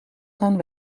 gaan